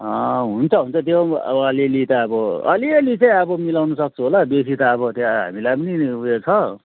हुन्छ हुन्छ त्यो अब अलिअलि त अब अलिअलि चाहिँ अब मिलाउनु सक्छु होला बेसी त अब त्यहाँ हामीलाई पनि उयो छ